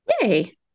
Yay